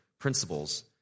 principles